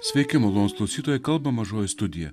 sveiki malonūs klausytojai kalba mažoji studija